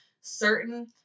certain